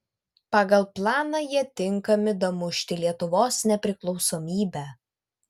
pagal planą jie tinkami damušti lietuvos nepriklausomybę